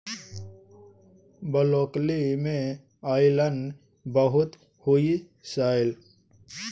broccoli मे iron बहुत होइ छै